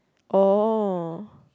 oh